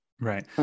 Right